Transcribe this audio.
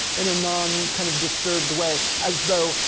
in a non, kind of disturbed way as though,